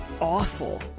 awful